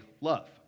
love